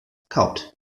kaut